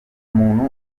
muntu